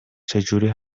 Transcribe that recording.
چجوری